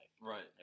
Right